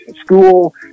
school